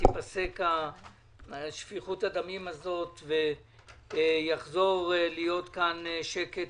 תיפסק שפיכות הדמים ויחזור להיות כאן שקט